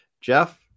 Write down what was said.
Jeff